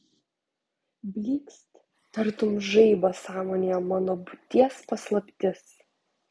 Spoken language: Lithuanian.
blykst tartum žaibas sąmonėje mano būties paslaptis